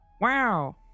Wow